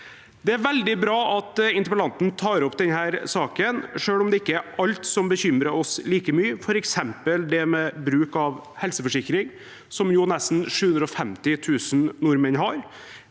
Det er veldig bra at interpellanten tar opp denne saken, selv om det ikke er alt som bekymrer oss like mye, f.eks. det med bruk av helseforsikring, som nesten 750 000 nordmenn har.